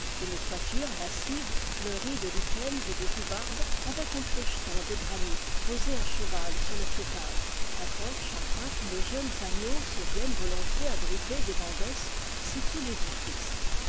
une toiture massive fleurie de lichens et de joubarbes avec un clocheton de granit posé à cheval sur le faîtage un por che enfin où les jeunes agneaux se viennent volontiers abriter des vents d'est c'est tout